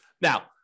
Now